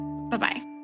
bye-bye